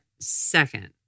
second